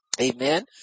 Amen